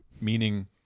meaning